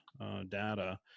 data